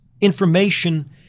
information